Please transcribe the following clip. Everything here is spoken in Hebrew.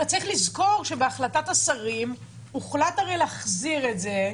צריך לזכור שבהחלטת השרים הוחלט הרי להחזיר את זה.